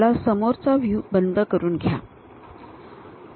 आपला समोरचा व्ह्यू बंद करून घ्या